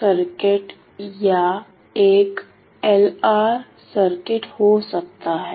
circuit या एक LR circuit हो सकता है